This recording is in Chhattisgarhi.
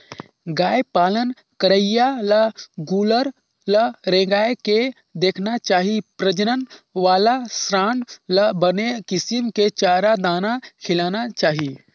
गाय पालन करइया ल गोल्लर ल रेंगाय के देखना चाही प्रजनन वाला सांड ल बने किसम के चारा, दाना खिलाना चाही